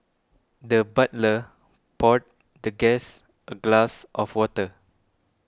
the butler poured the guest a glass of water